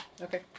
Okay